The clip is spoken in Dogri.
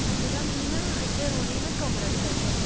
अच्छा अच्छा मिगी ना उत्थे रौह्ने गी कमरा बी चाहिदा